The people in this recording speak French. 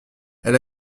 elle